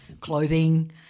clothing